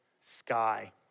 sky